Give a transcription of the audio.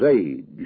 age